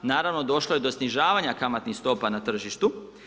Naravno došlo je do snižavanja kamatnih stopa na tržištu.